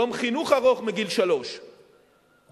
יום חינוך ארוך מגיל שלוש חינם,